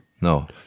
No